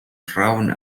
thrown